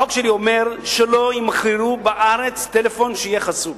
החוק שלי אומר שלא ימכרו בארץ טלפון שיהיה חסום,